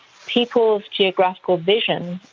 people's geographical vision,